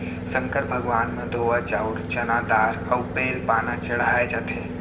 संकर भगवान म धोवा चाउंर, चना दार अउ बेल पाना चड़हाए जाथे